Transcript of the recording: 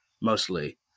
mostly